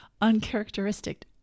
uncharacteristic